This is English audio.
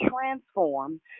transform